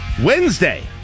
Wednesday